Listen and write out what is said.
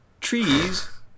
trees